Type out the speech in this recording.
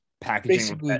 packaging